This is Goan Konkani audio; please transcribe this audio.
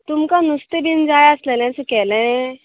तुमका नुस्तें बीन जाय आसलेलें सुकेलें